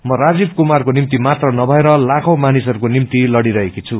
म राजीव कुमारको निम्ति मात्र नभएर लाखौं मानिसहस्को निम्ति लड़ीरहेकी हुु